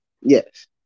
Yes